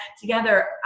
together